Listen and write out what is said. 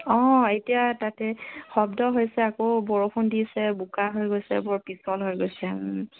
অ এতিয়া তাতে শব্দ হৈছে আকৌ বৰষুণ দিছে বোকা হৈ গৈছে বৰ পিছল হৈ গৈছে